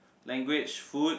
language food